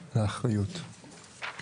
אף האמור בסעיפים קטנים (ה) ו-(ו),